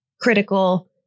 critical